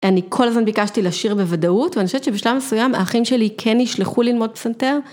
אני כל הזמן ביקשתי לשיר בוודאות ואני חושבת שבשלב מסוים האחים שלי כן נשלחו ללמוד פסנתר.